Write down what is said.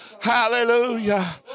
Hallelujah